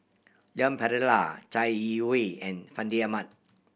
Leon Perera Chai Yee Wei and Fandi Ahmad